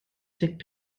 deg